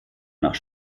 nach